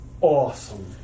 awesome